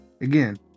Again